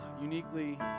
uniquely